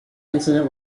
incident